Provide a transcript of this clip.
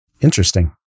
Interesting